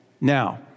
Now